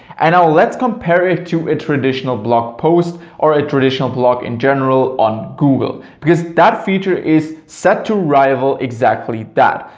and now let's compare it to a traditional blog post or a traditional blog in general on google because that feature is set to rival exactly that.